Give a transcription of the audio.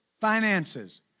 finances